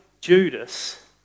Judas